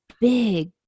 big